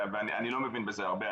אני לא מבין בזה הרבה,